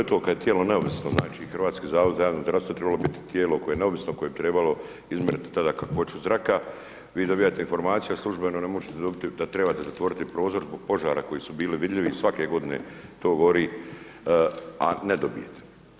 Pa to je to kad je tijelo neovisno, znači, Hrvatski zavod za javno zdravstvo trebalo je biti tijelo koje je neovisno, koje bi trebalo izmjeriti tada kakvoću zraka, vi dobijate informaciju, a službeno ne možete dobiti da trebate zatvoriti prozor zbog požara koji su bili vidljivi svake godine, to govori, a ne dobijete.